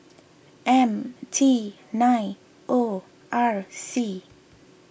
M T nine O R C